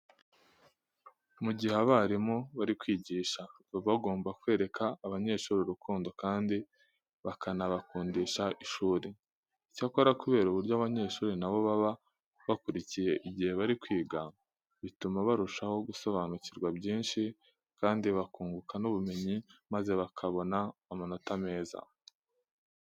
Mu gihe abarimu bari kwigisha baba bagomba kwereka abanyeshuri urukundo kandi bakanabakundisha ishuri. Icyakora kubera uburyo abanyeshuri na bo baba bakurikiye igihe bari kwiga, bituma barushaho gusobanukirwa byinshi kandi bakunguka n'ubumenyi maze bakabona amanota meza.